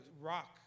rock